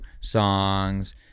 songs